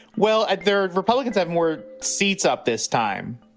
well, there republicans have more seats up this time,